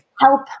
help